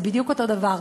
זה בדיוק אותו דבר.